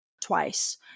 twice